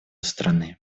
страны